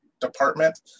department